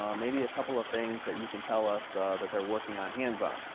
um maybe a couple of things that you can tell us that they're working on hands-on?